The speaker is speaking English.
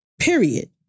period